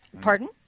Pardon